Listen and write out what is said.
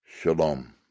Shalom